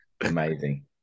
Amazing